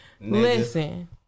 Listen